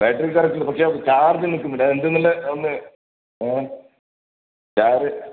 battery കറക്ടുണ്ട് പക്ഷേ charge നിൽക്കുന്നില്ല അതെന്താന്നുള്ള ഒന്ന് ഏഹ് ചാർ